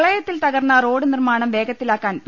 പ്രളയത്തിൽ തകർന്ന റോഡ് നിർമ്മാണം വേഗത്തി ലാക്കാൻ പി